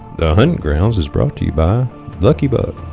the huntin' grounds is brought to you by lucky buck